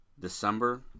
December